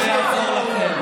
נא להוציא אותה מהאולם.